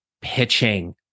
pitching